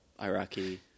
Iraqi